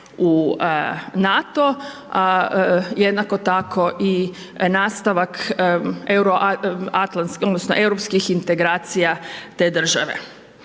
u NATO, jednako tako i nastavak Europskih integracija te države.